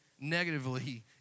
negatively